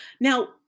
Now